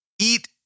eat